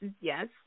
Yes